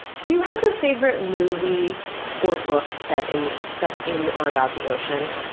do you have a favorite movie or book set in set in or about the ocean?